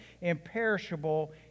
imperishable